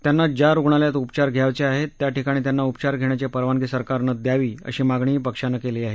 त्यांना ज्या रुग्णालयात उपचार घ्यायचे ा हेत त्याठिकाणी त्यांना उपचार घेण्याची परवानगी सरकारनं द्यावी अशी मागणीही पक्षानं केली ीहे